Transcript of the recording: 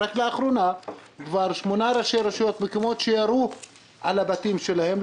רק לאחרונה הגענו כבר לשמונה ראשי רשויות שירו על הבתים שלהם.